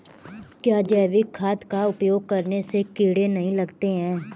क्या जैविक खाद का उपयोग करने से कीड़े नहीं लगते हैं?